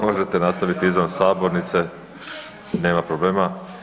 Možete nastaviti izvan sabornice, nema problema.